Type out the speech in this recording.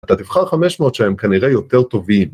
‫אתה תבחר 500 שהם כנראה יותר טובים.